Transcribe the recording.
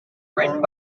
written